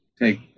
take